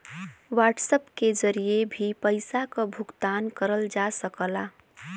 WhatsApp के जरिए भी पइसा क भुगतान करल जा सकला